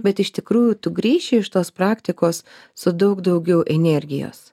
bet iš tikrųjų tu grįši iš tos praktikos su daug daugiau energijos